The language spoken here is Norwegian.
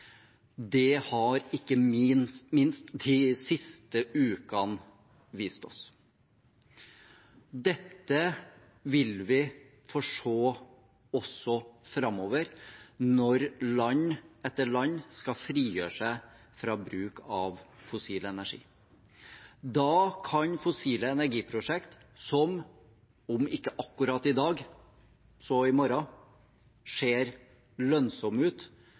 Det har ikke minst de siste ukene vist oss. Dette vil vi få se også framover når land etter land skal frigjøre seg fra bruk av fossil energi. Da kan fossile energiprosjekt som, om ikke akkurat i dag, så i morgen, ser lønnsomme ut,